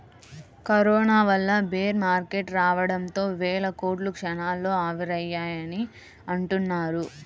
corona వల్ల bear market రావడంతో వేల కోట్లు క్షణాల్లో ఆవిరయ్యాయని అంటున్నారు